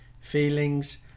feelings